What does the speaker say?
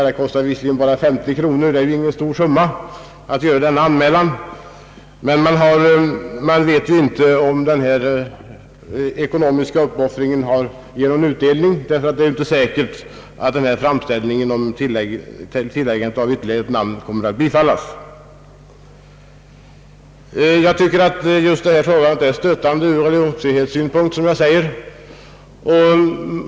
En sådan ansökan kostar visserligen bara 50 kronor, men den som gör ansökan vet ju inte om denna ekonomiska uppoffring ger någon utdelning eftersom det inte är säkert att framställningen om att få lägga till ett namn kommer att bifallas. Jag tycker att de nu gällande bestämmelserna är stötande ur religionsfrihetssynpunkt.